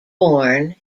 born